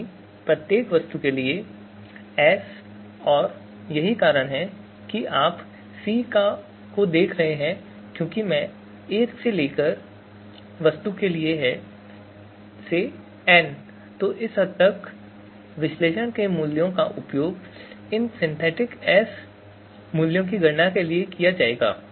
यानि हर वस्तु के लिए स मान रखते हैं और यह करना है की हम siको देख सकते हैं i वह वस्तु है जिस्की रेंज 1 से एन तक है तो इस हद तक विश्लेषण के मूल्यों का उपयोग इन सिंथेटिक एस मूल्यों की गणना के लिए किया जाएगा